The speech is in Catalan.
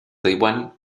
taiwan